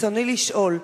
רצוני לשאול: